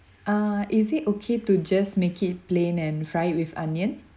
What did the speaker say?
uh is it okay to just make it plain and fry with onion